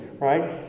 right